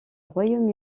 royaume